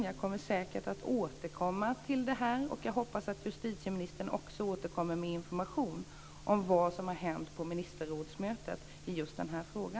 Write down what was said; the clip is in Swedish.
Jag kommer säkert att återkomma till detta, och jag hoppas att justitieministern också återkommer med information om vad som har hänt på ministerrådsmötet i just denna fråga.